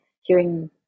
hearing